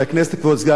כבוד סגן השר,